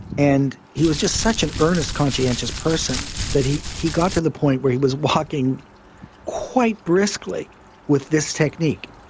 and he was just such an earnest, conscientious person that he he got to the point where he was walking quite briskly with this technique,